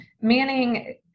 Manning